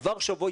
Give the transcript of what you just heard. עבר שבוע,